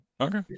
Okay